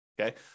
okay